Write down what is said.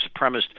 supremacist